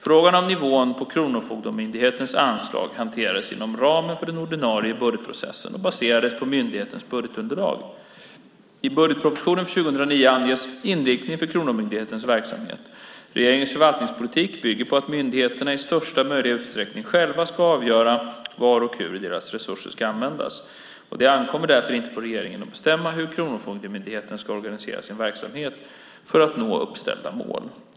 Frågan om nivån på Kronofogdemyndighetens anslag hanterades inom ramen för den ordinarie budgetprocessen och baserades på myndighetens budgetunderlag. I budgetpropositionen för 2009 anges inriktningen för Kronofogdemyndighetens verksamhet. Regeringens förvaltningspolitik bygger på att myndigheterna i största möjliga utsträckning själva ska avgöra var och hur deras resurser ska användas. Det ankommer därför inte på regeringen att bestämma hur Kronofogdemyndigheten ska organisera sin verksamhet för att nå uppställda mål.